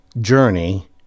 journey